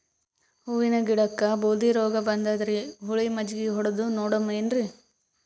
ಹೂವಿನ ಗಿಡಕ್ಕ ಬೂದಿ ರೋಗಬಂದದರಿ, ಹುಳಿ ಮಜ್ಜಗಿ ಹೊಡದು ನೋಡಮ ಏನ್ರೀ?